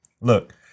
look